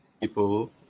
People